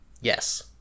Yes